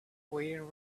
waiting